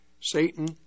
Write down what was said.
Satan